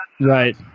right